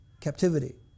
captivity